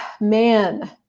man